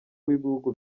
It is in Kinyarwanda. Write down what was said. w’ibihugu